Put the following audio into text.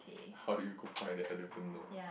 how do you go find that I don't even know